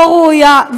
לא ראויה,